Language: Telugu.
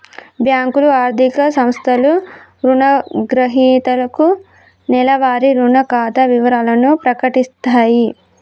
బ్యేంకులు, ఆర్థిక సంస్థలు రుణగ్రహీతలకు నెలవారీ రుణ ఖాతా వివరాలను ప్రకటిత్తయి